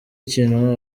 ikintu